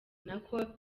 nako